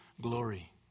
glory